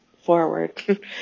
forward